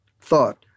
thought